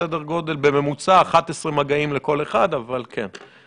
סדר גודל, בממוצע 11 מגעים לכל אחד, אבל כן.